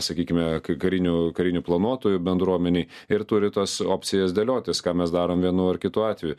sakykime kai karinių karinių planuotojų bendruomenėj ir turi tas opcijas dėliotis ką mes darom vienu ar kitu atveju